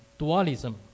dualism